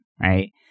right